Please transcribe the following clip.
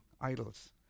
idols